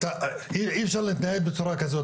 אי אפשר להתנהל בצורה כזו,